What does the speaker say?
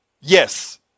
Yes